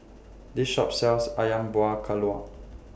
This Shop sells Ayam Buah Keluak